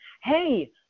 Hey